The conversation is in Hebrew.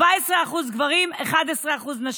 14% מהגברים ו-11% מהנשים?